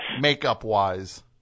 makeup-wise